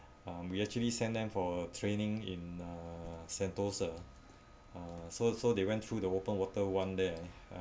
um we actually send them for training in uh sentosa uh so so they went through the open water one there